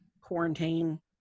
quarantine